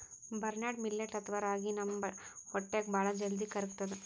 barnyard millet ಅಥವಾ ರಾಗಿ ನಮ್ ಹೊಟ್ಟ್ಯಾಗ್ ಭಾಳ್ ಜಲ್ದಿ ಕರ್ಗತದ್